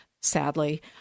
sadly